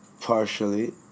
partially